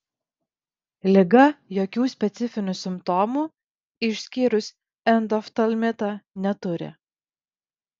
liga jokių specifinių simptomų išskyrus endoftalmitą neturi